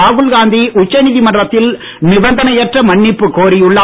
ராகுல் காந்தி உச்சநீதிமன்றத்தில் நிபந்தனை அற்ற மன்னிப்பு கோரியுள்ளார்